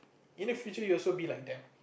in the future we will also be like them